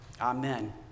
Amen